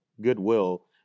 goodwill